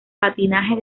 patinaje